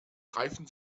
greifen